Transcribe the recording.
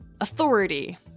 authority